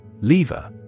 Lever